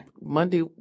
Monday